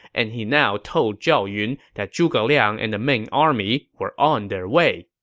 and he now told zhao yun that zhuge liang and the main army were on their way